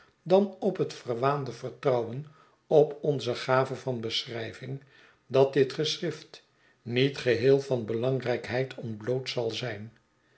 dan ophet verwaande vertrouwen op onze gave van beschrijving dat dit geschrift niet geheel van belangrijkheid ontbloot zal zijn